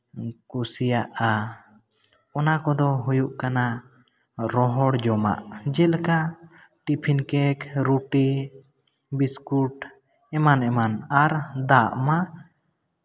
ᱠᱩᱥᱤᱭᱟᱜᱼᱟ ᱚᱱᱟ ᱠᱚᱫᱚ ᱦᱩᱭᱩᱜ ᱠᱟᱱᱟ ᱨᱚᱦᱚᱲ ᱡᱚᱢᱟᱜ ᱡᱮᱞᱮᱠᱟ ᱴᱤᱯᱷᱤᱱ ᱠᱮᱠ ᱨᱩᱴᱤ ᱵᱤᱥᱠᱩᱴ ᱮᱢᱟᱱ ᱮᱢᱟᱱ ᱟᱨ ᱫᱟᱜ ᱢᱟ